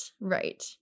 right